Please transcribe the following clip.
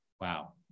Wow